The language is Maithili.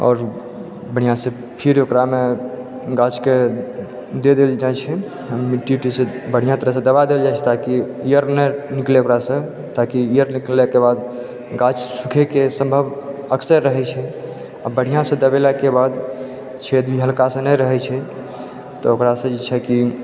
आओर बढ़िआँसँ फिर ओकरामे गाछके दे देल जाइ छै मिट्टी उट्टीसँ बढ़िआँ तरहसँ दबा देल जाइ छै ताकि एयर नहि निकलै ओकरासँ ताकि एअर निकलयैके बाद गाछ सूखैके सम्भव अक्सर रहै छै बढ़िआँसँ दबेलाके बाद छेद भी हल्का सा नहि रहै छै तऽ ओकरासँ जे छै की